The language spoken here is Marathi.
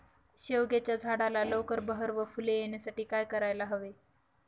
शेवग्याच्या झाडाला लवकर बहर व फूले येण्यासाठी काय करायला हवे?